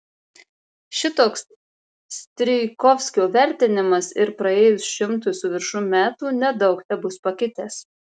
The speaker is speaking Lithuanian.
šitoks strijkovskio vertinimas ir praėjus šimtui su viršum metų nedaug tebus pakitęs